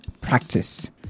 practice